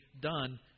done